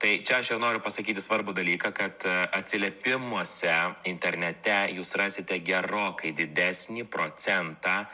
tai čia aš ir noriu pasakyti svarbų dalyką kad atsiliepimuose internete jūs rasite gerokai didesnį procentą